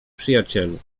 przyjacielu